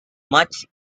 much